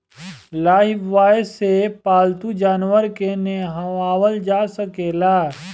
Lifebuoy से पाल्तू जानवर के नेहावल जा सकेला